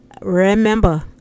Remember